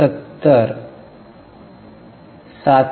70 7